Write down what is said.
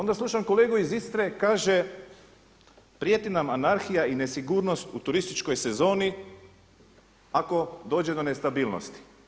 Onda slušam kolegu iz Istre, kaže prijeti nam anarhija i nesigurnost u turističkoj sezoni ako dođe do nestabilnosti.